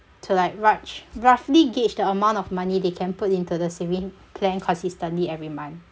to like rou~ roughly gauge the amount of money they can put into the saving plan consistently every month